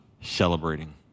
celebrating